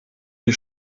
die